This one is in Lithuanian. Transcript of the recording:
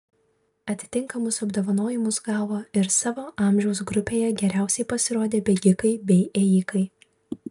atitinkamus apdovanojimus gavo ir savo amžiaus grupėje geriausiai pasirodę bėgikai bei ėjikai